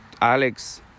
Alex